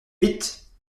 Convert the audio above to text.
vite